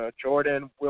Jordan